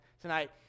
tonight